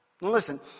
Listen